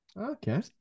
Okay